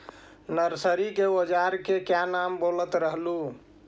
Nursery के ओजार के क्या नाम बोलत रहलू?